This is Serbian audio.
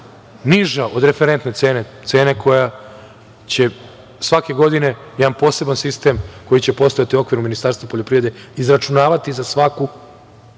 niža od referentne cene koju će svake godine jedan poseban sistem, koji će postojati u okviru Ministarstva poljoprivrede, izračunavati za svaku